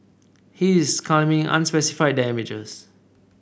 he is claiming unspecified damages